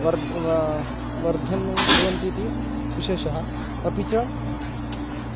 वर्द् वा वर्धनं कुर्वन्तीति विशेषः अपि च